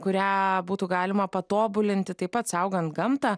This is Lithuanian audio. kurią būtų galima patobulinti taip pat saugant gamtą